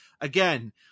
again